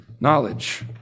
knowledge